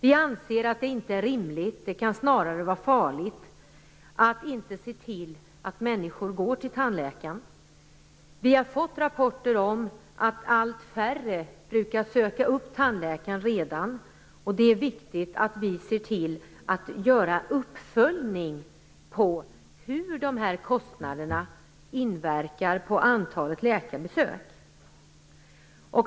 Vi anser att det inte är rimligt utan snarare kan vara farligt att inte se till att människor går till tandläkaren. Vi har redan fått rapporter om att allt färre brukar söka upp tandläkaren, och det är viktigt att vi ser till att göra uppföljning av hur de här kostnaderna inverkar på antalet läkarbesök.